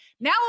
Now